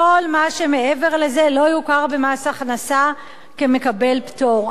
כל מה שמעבר לזה לא יוכר במס הכנסה כמקבל פטור.